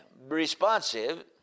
responsive